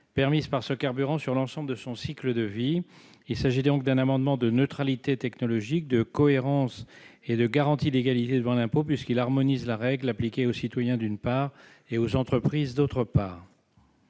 permises par ce carburant sur l'ensemble de son cycle de vie. Il s'agit donc d'un amendement de neutralité technologique, de cohérence et de garantie d'égalité devant l'impôt, puisqu'il tend à harmoniser la règle appliquée, d'une part, aux citoyens, d'autre part,